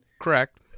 Correct